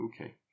Okay